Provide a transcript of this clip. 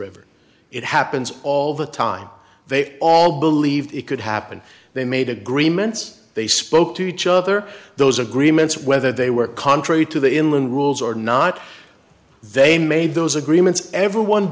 river it happens all the time they all believe it could happen they made agreements they spoke to each other those agreements whether they were contrary to the in line rules or not they made those agreements everyone